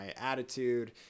attitude